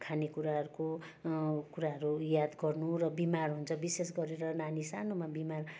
खानेकुराहरूको कुराहरू याद गर्नु र बिमार हुन्छ विशेष गरेर नानी सानोमा बिमार